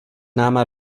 náma